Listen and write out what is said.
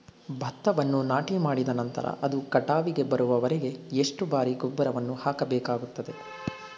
ಭತ್ತವನ್ನು ನಾಟಿಮಾಡಿದ ನಂತರ ಅದು ಕಟಾವಿಗೆ ಬರುವವರೆಗೆ ಎಷ್ಟು ಬಾರಿ ಗೊಬ್ಬರವನ್ನು ಹಾಕಬೇಕಾಗುತ್ತದೆ?